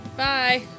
Bye